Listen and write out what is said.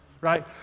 Right